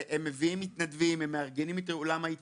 הם מביאים מתנדבים, הם מארגנים את אולם ההתנדבות.